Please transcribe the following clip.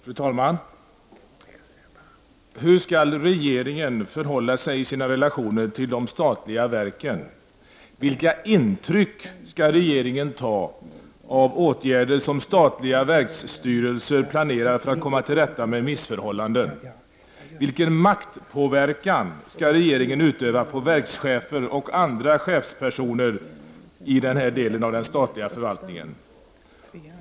Fru talman! Hur skall regeringen förhålla sig i sina relationer till de statliga verken? Vilka intryck skall regeringen ta av åtgärder som statliga verksstyrelser planerar för att komma till rätta med missförhållandena? Vilken maktpåverkan skall regeringen utöva på verkschefer och andra chefspersoner i den här delen av den statliga förvaltningen?